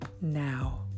now